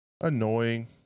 annoying